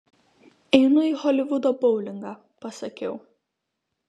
einu į holivudo boulingą pasakiau